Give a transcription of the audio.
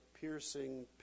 piercing